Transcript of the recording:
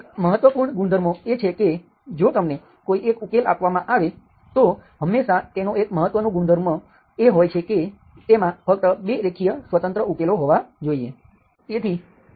તેથી એક મહત્વપૂર્ણ ગુણધર્મો એ છે કે જો તમને એક ઉકેલ આપવામાં આવે તો હંમેશા તેનો એક મહત્વનો ગુણધર્મો એ હોય છે કે તેમાં ફક્ત 2 રેખીય સ્વતંત્ર ઉકેલો હોવા જોઈએ